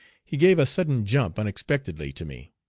he gave a sudden jump unexpectedly to me.